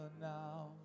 now